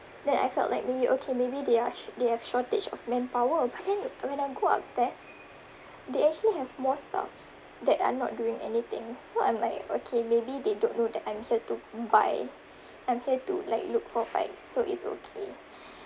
then I felt like maybe okay maybe they are they have shortage of manpower but then when I go upstairs they actually have more staffs that are not doing anything so I'm like okay maybe they don't know that I'm here to buy I'm here to like look for bike so it's okay